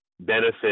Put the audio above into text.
benefit